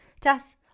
Tess